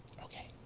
okay.